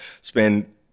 spend